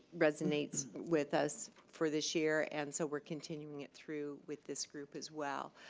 resonates with us for this year, and so we're continuing it through with this group as well.